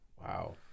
wow